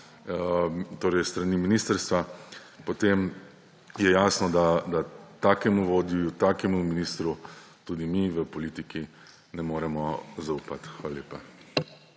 s strani ministrstva, potem je jasno, da takemu vodji, takemu ministru tudi mi v politiki ne moremo zaupati. Hvala lepa.